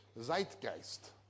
Zeitgeist